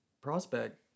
prospect